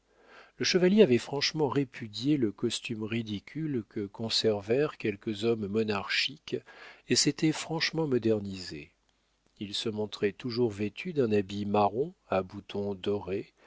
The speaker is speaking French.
le chevalier avait franchement répudié le costume ridicule que conservèrent quelques hommes monarchiques et s'était franchement modernisé il se montrait toujours vêtu d'un habit marron à boutons dorés